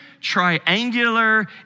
triangular